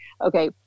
okay